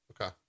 okay